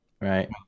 right